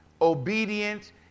obedient